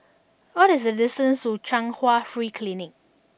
what is the distance to Chung Hwa Free Clinic